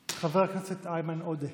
חבר הכנסת איימן עודה,